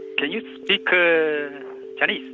can you speak chinese?